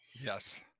Yes